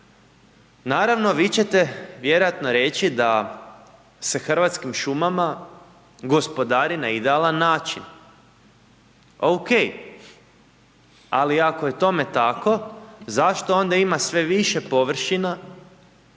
Naravno vi ćete vjerojatno reći da se Hrvatskim šumama gospodari na idealan način, OK, ali ako je tome tako zašto onda ima sve više površina